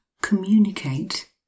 communicate